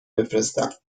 بفرستم